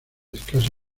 escasa